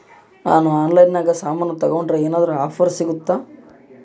ನಾವು ಆನ್ಲೈನಿನಾಗ ಸಾಮಾನು ತಗಂಡ್ರ ಏನಾದ್ರೂ ಆಫರ್ ಸಿಗುತ್ತಾ?